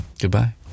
goodbye